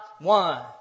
one